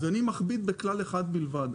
אני מכביד בכלל אחד בלבד.